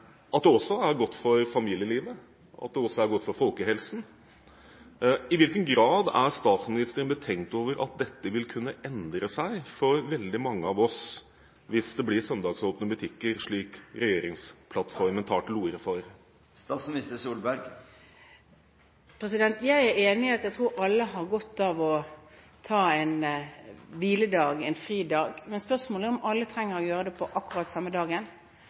at det er godt for familielivet, og at det er godt for folkehelsen. I hvilken grad er statsministeren betenkt over at dette vil kunne endre seg for veldig mange av oss hvis det blir søndagsåpne butikker, slik man tar til orde for i regjeringsplattformen? Jeg er enig i at alle har godt av å ha en hviledag, en fridag. Spørsmålet er om alle trenger å ha det den samme dagen